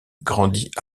grandit